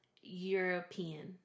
European